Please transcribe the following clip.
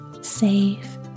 safe